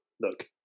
look